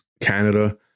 Canada